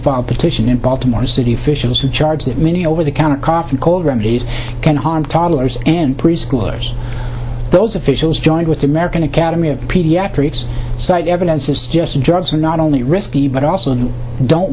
filed petition in baltimore city officials who charge that many over the counter cough and cold remedies can harm toddlers and preschoolers those officials joined with the american academy of pediatrics cite evidence is just drugs are not only risky but also